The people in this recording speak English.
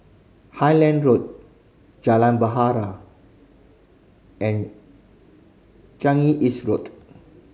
Highland Road Jalan and Changi East Road